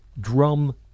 drum